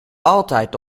altijd